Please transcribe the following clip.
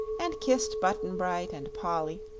and kissed button-bright and polly,